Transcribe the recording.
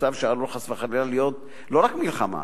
במצב שעלול חס וחלילה להיות לא רק מלחמה,